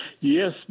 Yes